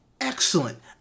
excellent